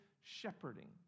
shepherding